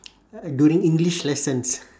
uh during english lessons